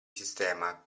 sistema